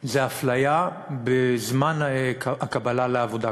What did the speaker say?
הם אפליה בזמן הקבלה לעבודה.